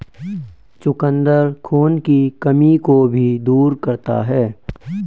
चुकंदर खून की कमी को भी दूर करता है